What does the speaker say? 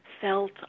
felt